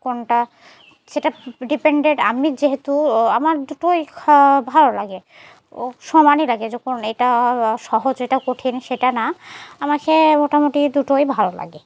কোনটা সেটা ডিপেন্ডেন্ট আমি যেহেতু আমার দুটোই খা ভালো লাগে ও সমানই লাগে যখন এটা সহজ এটা কঠিন সেটা না আমাকে মোটামুটি দুটোই ভালো লাগে